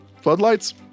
floodlights